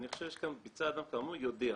כתוב כאן "ביצע אדם שינוי כאמור, יודיע".